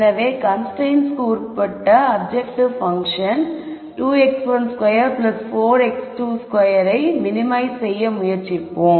எனவே கன்ஸ்ரைன்ட்ஸ்க்கு உட்பட்ட அப்ஜெக்டிவ் பங்க்ஷன் 2x12 4 4 x22 ஐ மினிமைஸ் செய்ய முயற்சிப்போம்